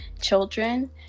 children